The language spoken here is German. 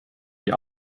die